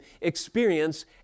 experience